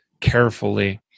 carefully